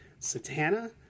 Satana